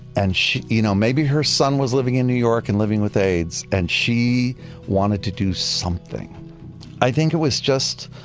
and you know maybe her son was living in new york and living with aids and she wanted to do something i think it was just,